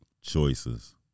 Choices